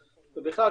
ובכלל,